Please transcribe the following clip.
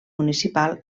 municipal